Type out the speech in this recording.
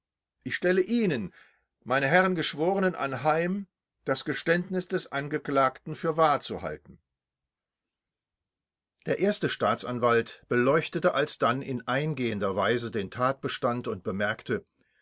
ich stelle ihnen m h geschworenen anheim das geständnis des angeklagten für wahr zu halten der erste staatsanwalt beleuchtete alsdann in eingehender weise den tatbestand und bemerkte